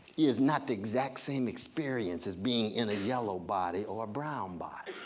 is not the exact same experience as being in a yellow body or brown body.